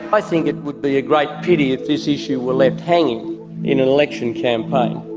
i think it would be a great pity if this issue were left hanging in an election campaign.